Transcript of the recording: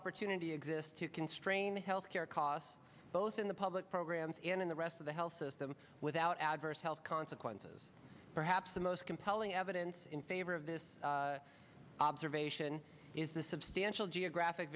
opportunity exists to constrain health care costs both in the public programs and in the rest of the health system without adverse health consequences perhaps the most compelling evidence in favor of this observation is the substantial geographic